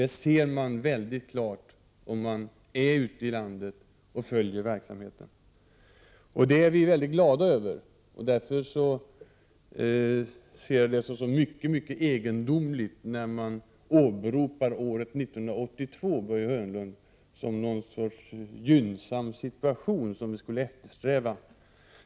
Det ser man mycket klart om man är ute i landet och följer verksamheten, och det är jag mycket glad över. Det är mycket egendomligt att Börje Hörnlund åberopar situationen 1982 som något gynnsamt att eftersträva.